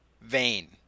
vein